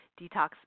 detox